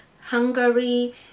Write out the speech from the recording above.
Hungary